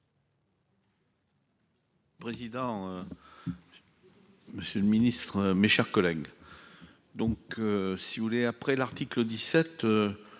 président, monsieur le ministre, mes chers collègues, donc si vous voulez, après l'article 17